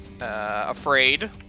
afraid